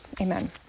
Amen